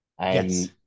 yes